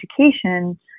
education